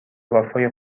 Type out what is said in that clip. وفای